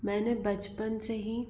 मैंने बचपन से हीं